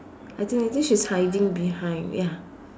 I think I think she's hiding behind ya